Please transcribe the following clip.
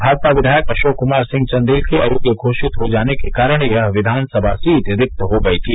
भाजपा विधायक अशोक कुमार सिंह चन्देल के अयोग्य घोषित हो जाने के कारण यह विधानसभा सीट रिक्त हो गयी थी